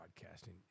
Broadcasting